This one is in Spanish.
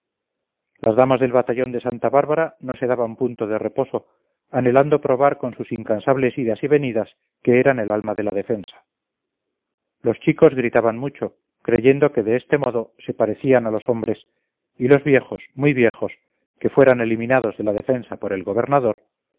las damas del batallón de santa bárbara no se daban punto de reposo anhelando probar con sus incansables idas y venidas que eran el alma de la defensa los chicos gritaban mucho creyendo que de este modo se parecían a los hombres y los viejos muy viejos que fueran eliminados de la defensa por el gobernador